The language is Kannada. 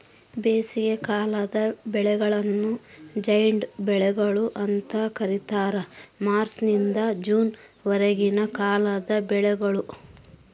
ಬೇಸಿಗೆಕಾಲದ ಬೆಳೆಗಳನ್ನು ಜೈಡ್ ಬೆಳೆಗಳು ಅಂತ ಕರೀತಾರ ಮಾರ್ಚ್ ನಿಂದ ಜೂನ್ ವರೆಗಿನ ಕಾಲದ ಬೆಳೆಗಳು